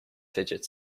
fidget